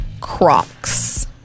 Crocs